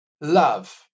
love